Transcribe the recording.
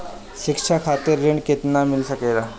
शिक्षा खातिर ऋण केतना मिल सकेला?